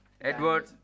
Edward